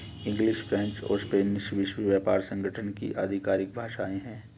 English, French और Spanish विश्व व्यापार संगठन की आधिकारिक भाषाएं है